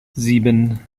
sieben